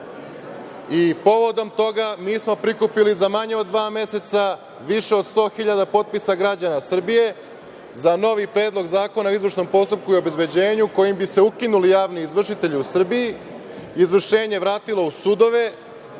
Povodom toga mi smo prikupili za manje od dva meseca više od 100 hiljada potpisa građana Srbije za novi Predlog zakona o izvršnom postupku i obezbeđenju kojim bi se ukinuli javni izvršitelji u Srbiji, izvršenje vratilo u sudove,